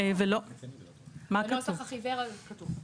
זה כתוב בנוסח החיוור הזה כתוב.